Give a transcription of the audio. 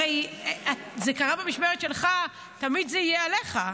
הרי זה קרה במשמרת שלך, תמיד זה יהיה עליך,